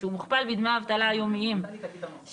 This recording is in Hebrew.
כשהוא מוכפל בדמי האבטלה היומיים שהיו